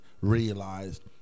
realized